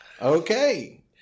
Okay